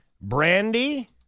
Brandy